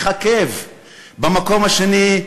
מככב במקום השני,